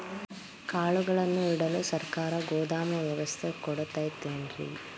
ಕಾಳುಗಳನ್ನುಇಡಲು ಸರಕಾರ ಗೋದಾಮು ವ್ಯವಸ್ಥೆ ಕೊಡತೈತೇನ್ರಿ?